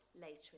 later